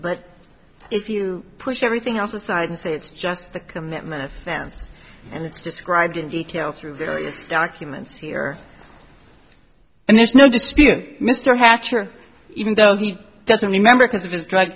but if you push everything else aside and say it's just the commitment offense and it's described in detail through various documents here and there's no dispute mr hatcher even though he doesn't remember because of his drug